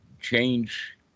change